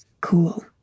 cool